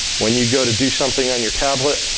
when you go to do something on your tablet,